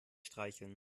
streicheln